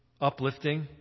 uplifting